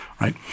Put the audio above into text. right